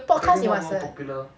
podcast you must err